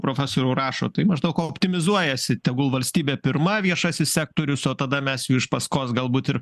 profesoriau rašo tai maždaug optimizuojasi tegul valstybė pirma viešasis sektorius o tada mes jau iš paskos galbūt ir